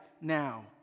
now